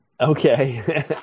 Okay